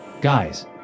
Guys